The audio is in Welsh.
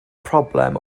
problem